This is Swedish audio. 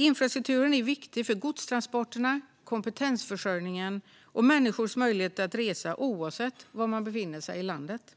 Infrastrukturen är viktig för godstransporterna, kompetensförsörjningen och människors möjlighet att resa oavsett var man befinner sig i landet.